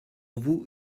vous